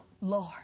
Lord